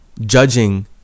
judging